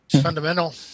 fundamental